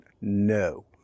no